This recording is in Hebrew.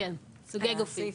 וסוגי גופים.